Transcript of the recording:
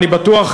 אני בטוח,